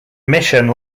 mission